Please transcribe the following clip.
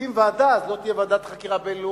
נקים ועדה אז לא תהיה ועדת חקירה בין-לאומית.